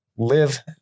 live